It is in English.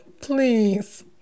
Please